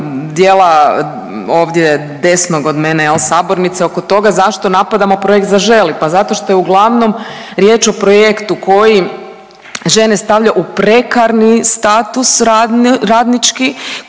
dijela ovdje desnog od mene jel sabornice oko toga zašto napadamo projekt „Zaželi“. Pa zato što je uglavnom riječ o projektu koji žene stavlja u prekarni status radnički